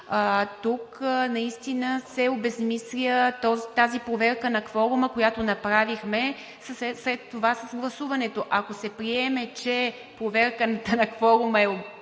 Тук наистина се обезсмисля тази проверка на кворума, която направихме, след това с гласуването. Ако се приеме, че проверката на кворума е безсмислена